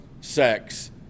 sex